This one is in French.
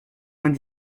vingt